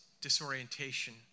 disorientation